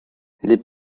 les